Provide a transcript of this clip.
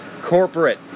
Corporate